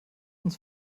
uns